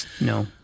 No